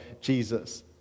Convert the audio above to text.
Jesus